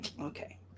okay